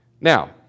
Now